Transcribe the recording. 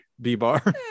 B-bar